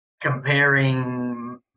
comparing